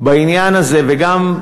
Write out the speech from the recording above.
בעניין הזה, וגם,